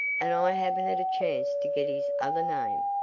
and i haven't had a chance to get his other name.